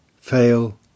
fail